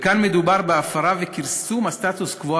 וכאן מדובר בהפרה וכרסום הסטטוס-קוו.